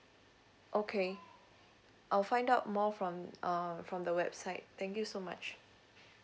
okay I'll find out more from um from the website thank you so much